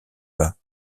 bas